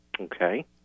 Okay